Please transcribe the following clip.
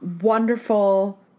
wonderful